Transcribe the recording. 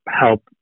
help